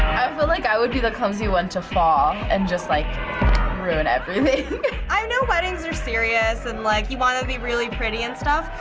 i feel like i would be the clumsy one to fall and just like ruin everything. i know weddings are serious and like you wanna be really pretty and stuff,